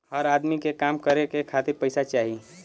हर अदमी के काम करे खातिर पइसा चाही